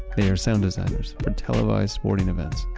they are sound designers for televised sporting events.